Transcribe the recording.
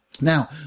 now